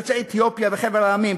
יוצאי אתיופיה וחבר המדינות,